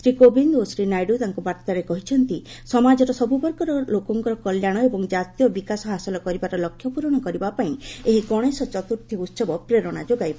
ଶ୍ରୀ କୋବିନ୍ଦ ଓ ଶ୍ରୀ ନାଇଡ଼ୁ ତାଙ୍କ ବାର୍ତ୍ତାରେ କହିଛନ୍ତି ସମାଜର ସବୁବର୍ଗର ଲୋକଙ୍କର କଲ୍ୟାଣ ଏବଂ ଜାତୀୟ ବିକାଶ ହାସଲ କରିବାର ଲକ୍ଷ୍ୟ ପୂରଣ କରିବା ପାଇଁ ଏହି ଗଣେଶ ଚତୁର୍ଥୀ ଉତ୍ପରେରଣା ଯୋଗାଇବ